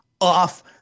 off